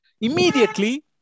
immediately